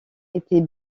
était